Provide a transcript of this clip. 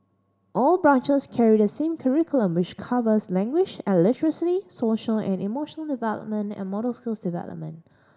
all branches carry the same curriculum which covers language and literacy social and emotional development and motor skills development